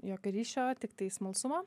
jokio ryšio tiktai smalsumą